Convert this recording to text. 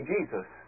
Jesus